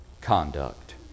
conduct